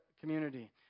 community